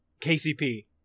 KCP